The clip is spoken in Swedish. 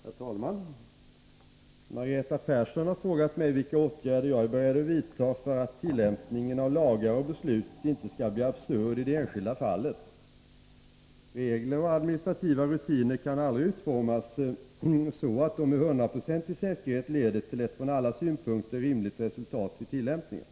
Herr talman! I en interpellation har Margareta Persson frågat mig vilka åtgärder jag är beredd att vidta för att tillämpningen av lagar och beslut inte skall bli absurd i det enskilda fallet. Regler och administrativa rutiner kan aldrig utformas så att de med hundraprocentig säkerhet leder till ett från alla synpunkter rimligt resultat vid tillämpningen.